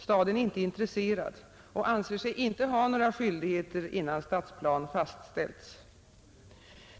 Staden är inte intresserad och anser sig inte ha några skyldigheter innan stadsplan fastställts.